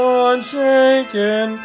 unshaken